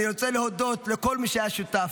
אני רוצה להודות לכל מי שהיה שותף.